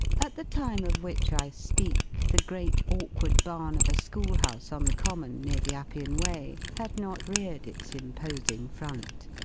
at the time of which i speak, the great awkward barn of a school-house on the common, near the appian way, had not reared its imposing front.